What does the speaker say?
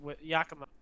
Yakima